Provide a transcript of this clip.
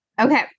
Okay